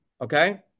okay